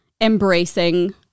embracing